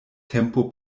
tempo